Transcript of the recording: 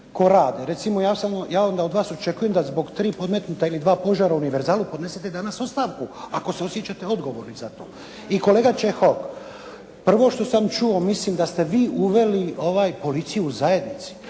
Korade, recimo ja onda od vas očekujem da zbog tri podmetnuta, ili dva požara u Univerzalu podnesete danas ostavku, ako se osjećate odgovornim za to. I kolega Čehok, prvo što sam čuo, mislim da ste vi uveli policiju u zajednici.